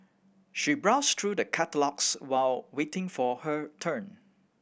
she browsed through the catalogues while waiting for her turn